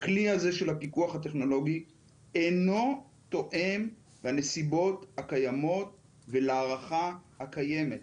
הכלי הטכנולוגי אינו תואם לנסיבות הקיימות ולהערכה הקיימת.